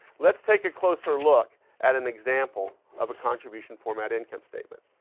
let's take a closer look at an example of a contribution format income statement.